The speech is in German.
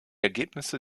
ergebnisse